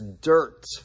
dirt